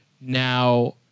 Now